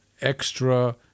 extra